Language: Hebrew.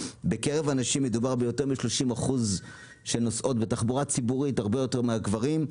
יותר מ-30% נשים שנוסעות בתחבורה הציבורית מאשר גברים,